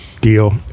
deal